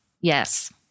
Yes